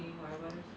I think that